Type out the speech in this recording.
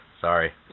Sorry